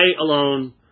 alone